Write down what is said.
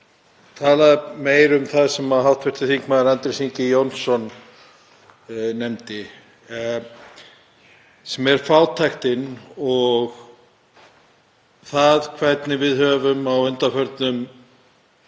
að tala meira um það sem hv. þm. Andrés Ingi Jónsson nefndi, sem er fátæktin og það hvernig við höfum á undanförnum